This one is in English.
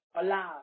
alive